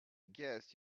guess